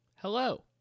Hello